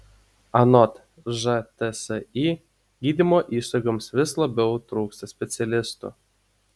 anot žtsi gydymo įstaigoms vis labiau trūksta specialistų